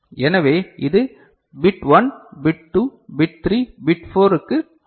எனவே இது bit 1 bit 2 bit 3 bit 4 இக்கு ஆகும்